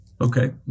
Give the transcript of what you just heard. Okay